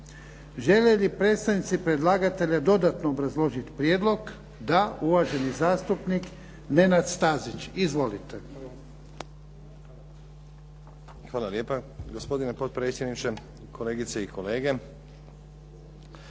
Žele li predstavnici predlagatelja dodatno obrazložiti prijedlog? Da. Uvaženi zastupnik Nenad Stazić. Izvolite. **Stazić, Nenad (SDP)** Hvala lijepa gospodine potpredsjedniče, kolegice i kolege.